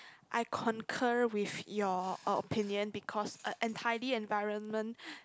I concur with your opinion because an tidy environment